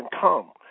come